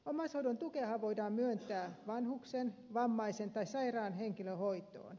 omaishoidon tukeahan voidaan myöntää vanhuksen vammaisen tai sairaan henkilön hoitoon